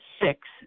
Six